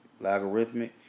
Logarithmic